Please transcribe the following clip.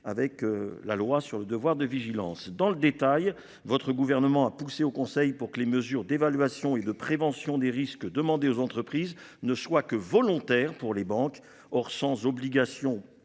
Avec la loi sur le devoir de vigilance dans le détail, votre gouvernement a poussé au conseil pour que les mesures d'évaluation et de prévention des risques. Demander aux entreprises ne soient que volontaires pour les banques. Or, sans obligation,